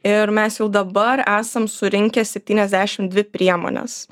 ir mes jau dabar esam surinkę septyniasdešim dvi priemones